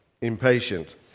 impatient